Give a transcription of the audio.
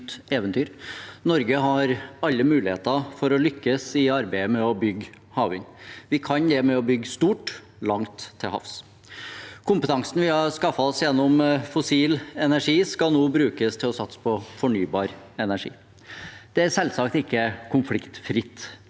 Norge har alle muligheter for å lykkes i arbeidet med å bygge havvind. Vi kan det med å bygge stort, langt til havs. Kompetansen vi har skaffet oss gjennom fossil energi, skal nå brukes til å satse på fornybar energi. Det er selvsagt ikke konfliktfritt,